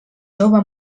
jove